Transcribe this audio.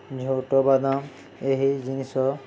ଝୋଟ ବାଦାମ ଏହି ଜିନିଷ